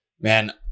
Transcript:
Man